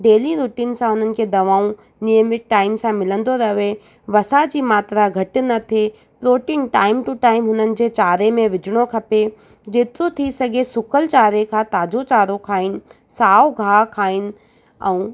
daily routine सां हुननि खे दवाऊं नियमित टाईम सां मिलंदो रहे वसा जी मात्रा घटि न थिए प्रोटीन टाईम टू टाईम हुननि जे चारे में विझिणो खपे जेतिरो थी सघे सुकल चारे खां ताज़ो चारो खाइनि साओ गाहु खाइनि ऐं